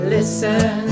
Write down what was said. Listen